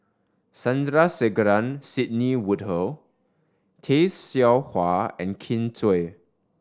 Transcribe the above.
Sandrasegaran Sidney Woodhull Tay Seow Huah and Kin Chui